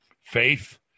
faith